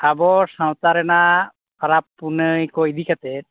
ᱟᱵᱚ ᱥᱟᱶᱛᱟ ᱨᱮᱱᱟᱜ ᱯᱟᱨᱟᱵᱽᱼᱯᱩᱱᱟᱹᱭᱠᱚ ᱤᱫᱤ ᱠᱟᱛᱮᱫ